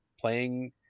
playing